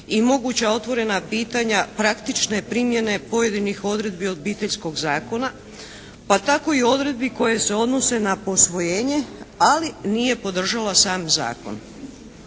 i moguća otvorena pitanja praktične primjene pojedinih odredbi Obiteljskog zakona pa tako i odredbi koje se odnose na posvojenje, ali nije podržala sam zakon.